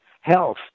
health